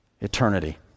eternity